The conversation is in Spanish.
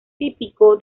típico